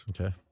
Okay